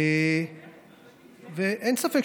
אין ספק,